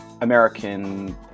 American